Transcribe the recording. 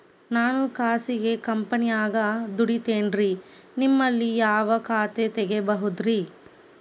ನಾನು ಖಾಸಗಿ ಕಂಪನ್ಯಾಗ ದುಡಿತೇನ್ರಿ, ನಿಮ್ಮಲ್ಲಿ ಯಾವ ಖಾತೆ ತೆಗಿಬಹುದ್ರಿ?